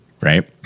right